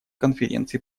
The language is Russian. конференции